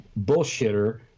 bullshitter